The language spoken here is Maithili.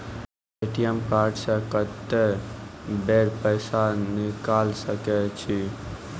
ए.टी.एम कार्ड से कत्तेक बेर पैसा निकाल सके छी?